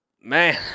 Man